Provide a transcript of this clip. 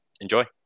enjoy